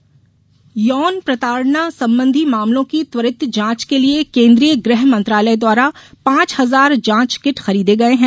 जांच किट यौन प्रताड़ना संबंधी मामलों की त्वरित जांच के लिए केन्द्रीय गृह मंत्रालय द्वारा पांच हजार जांच किट खरीदे गये हैं